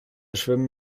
schwimmen